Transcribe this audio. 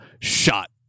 Shot